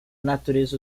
natureza